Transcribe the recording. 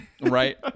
right